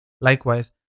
likewise